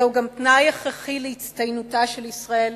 זהו גם תנאי הכרחי להצטיינותה של ישראל,